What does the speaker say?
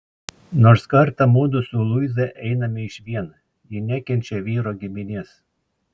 nors kartą mudu su luiza einame išvien ji nekenčia vyro giminės